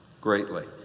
greatly